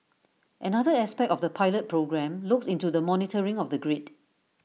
another aspect of the pilot programme looks into the monitoring of the grid